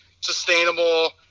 sustainable